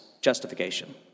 justification